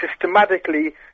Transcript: systematically